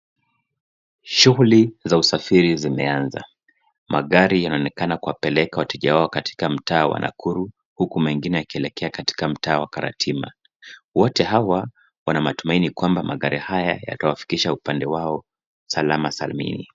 Shughuli za usafiri zimeanza. Magari yanaonekana kuwapeleka wateja wao kwatika mtaa wa Nakuru huku mengine yakielekea katika mtaa wa Karatina. Wote hawa matumaini kwamba magari haya yatawafikisha upande wao salama salmini.